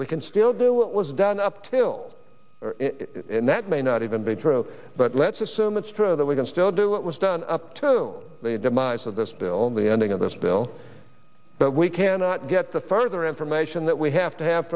we can still do what was done up till and that may not even be true but let's assume it's true that we can still do what was done up to the demise of this bill and the ending of this bill but we cannot get the further information that we have to have